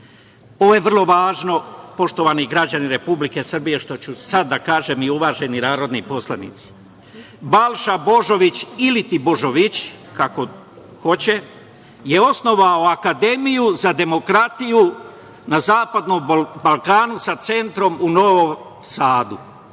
je vrlo važno, poštovani građani Republike Srbije, što ću sada da kažem, i uvaženi narodni poslanici, Balša Božović ili ti Božović, kako hoće, je osnovao Akademiju za demokratiju na Zapadnom Balkanu sa centrom u Novom Sadu,